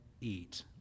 eat